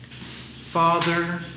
Father